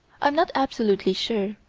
i'm not absolutely sure.